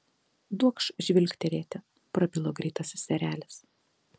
duokš žvilgtelėti prabilo greitasis erelis